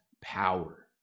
power